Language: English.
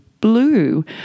Blue